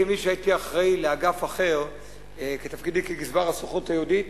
כמי שהייתי אחראי לאגף אחר בתפקידי כגזבר הסוכנות היהודית,